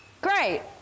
Great